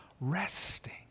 resting